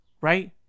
right